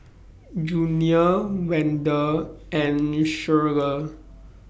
Junior Wende and Shirlie